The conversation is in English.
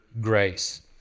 grace